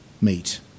meet